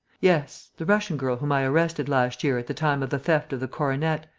yes, the russian girl whom i arrested last year at the time of the theft of the coronet,